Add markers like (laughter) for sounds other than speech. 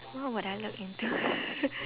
what would I look into (noise)